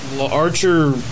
Archer